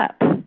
up